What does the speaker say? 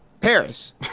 Paris